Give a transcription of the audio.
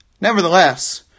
Nevertheless